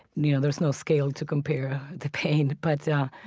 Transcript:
you know, there's no scale to compare the pain. but,